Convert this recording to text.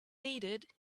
needed